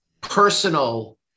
personal